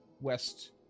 west